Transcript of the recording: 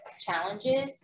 challenges